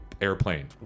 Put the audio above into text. airplane